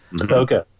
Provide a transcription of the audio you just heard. Okay